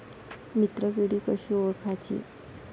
मित्र किडी कशी ओळखाची?